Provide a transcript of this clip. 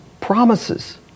promises